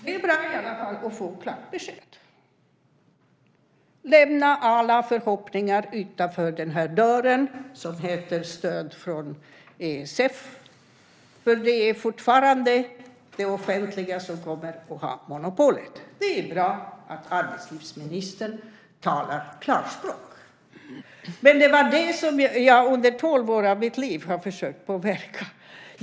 Fru talman! Det är bra att få klart besked: Lämna alla förhoppningar om stöd från ESF utanför den här dörren. Det är fortfarande det offentliga som kommer att ha monopolet. Det är bra att arbetslivsministern talar klarspråk. Det är detta som jag under tolv år av mitt liv har försökt påverka.